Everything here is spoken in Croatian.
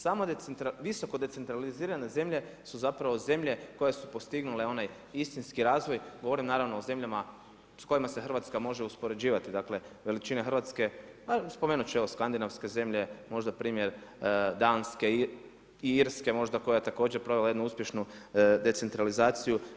Samo visoko decentralizirane zemlje su zapravo zemlje koje su postignule onaj istinski razvoj, govorim naravno o zemljama s kojima se Hrvatska može uspoređivati, dakle veličine Hrvatske a spomenuti ću evo Skandinavske zemlje, možda primjer Danske i Irske, možda koja je također provela jednu uspješnu decentralizaciju.